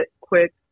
quick